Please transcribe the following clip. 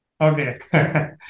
Okay